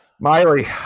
Miley